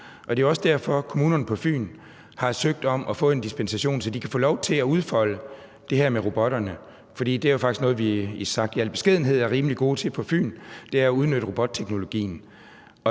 Det er også derfor, kommunerne på Fyn har søgt om at få en dispensation, så de kan få lov til at udfolde det her med robotterne. For det er faktisk noget, vi sagt i al beskedenhed er rimelig gode til på Fyn: at udnytte robotteknologien.